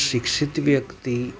શિક્ષિત વ્યક્તિ